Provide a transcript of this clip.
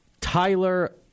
Tyler